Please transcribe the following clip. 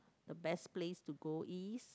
the best place to go is